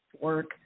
work